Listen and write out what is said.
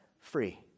free